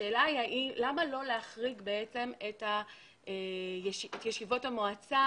השאלה היא למה לא להחריג את ישיבות המועצה